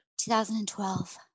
2012